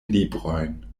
librojn